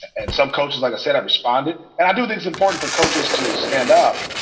and some coaches, like i said, i responded. and it's important for coaches to stand up.